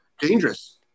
Dangerous